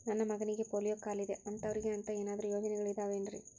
ನನ್ನ ಮಗನಿಗ ಪೋಲಿಯೋ ಕಾಲಿದೆ ಅಂತವರಿಗ ಅಂತ ಏನಾದರೂ ಯೋಜನೆಗಳಿದಾವೇನ್ರಿ?